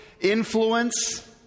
influence